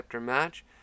match